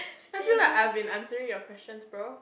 I feel like I've been answering your questions bro